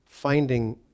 Finding